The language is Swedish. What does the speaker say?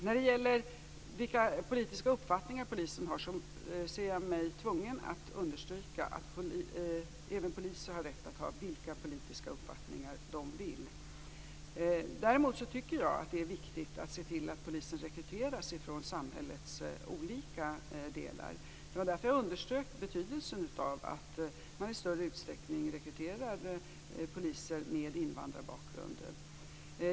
När det gäller vilka politiska uppfattningar som poliserna har, ser jag mig tvungen att understryka att även poliser har rätt att ha vilka politiska uppfattningar som de vill. Däremot tycker jag att det är viktigt att man ser till att poliser rekryteras från samhällets olika delar. Det var därför som jag underströk betydelsen av att man i större utsträckning rekryterar poliser med invandrarbakgrund.